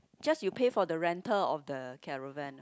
just you pay for the rental of the caravan